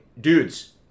dudes